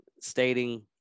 stating